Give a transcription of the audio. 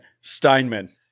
Steinman